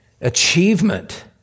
achievement